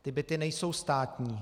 Ty byty nejsou státní.